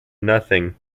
nothing